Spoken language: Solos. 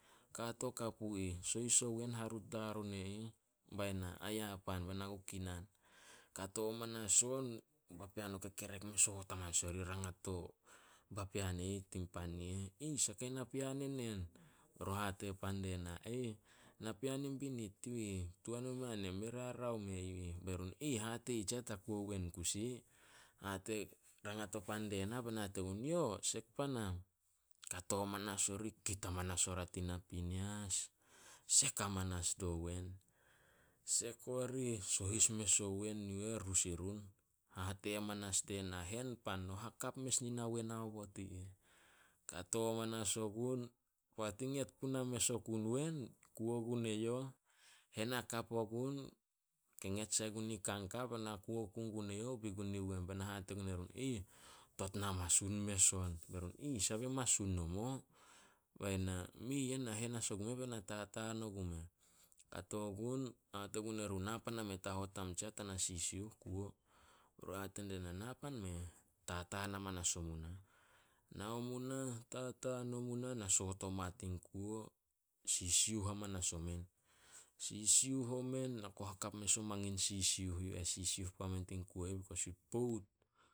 Kato kapu ih sohis o owen harut darun e ih." Bae na, "Aya pan bae na ku kinan." Kato manas on papean o kekerek me soot hamanasn orih, rangat dio papean i ih tin pan i ih. "Saha kain napean enen?" Be run hate pan die na, "Napean in binit yu ih, tuhan omea nen, me rarao meh yu ih." Be run, "Hate pan ih tsiah, ta kuo wen kusi tsiah." Hate pan die na, be na, "Yo sek panam." Kato amanas ori kit amanas oria tin napinias, sek hamanas dio wen, sek orih, sohis mes o wen yu eh rus i run. Hate amanas die na, "Hen pan, no hakap mes nin na wen aobot i ih." Kato amanas ogun, poat i nget puna mes oku i wen. Kuo gun eyouh, hen hakap gun. Nget sai gun in kanka bae na bi gun eyouh. Bae na hate gun erun, "Totot na masun mes on." Be run, "Sabah masun nomo." Bae na, "Mei ah, na hen as ogumeh be na tataan ogumeh." Kato gun hate gun erun, "Na pan ameh ta hot am tsiah, ta na sisiuh kuo." Be run hate die na, "Na pan ameh." Tataan amanas omu nah- nao mu nah, tataan omu nah, na soot oma tin kuo. Sisiuh amanas omen- sisiuh omen, na ku hakap mes o mangin sisiuh yu eh i pout.